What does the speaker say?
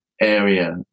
area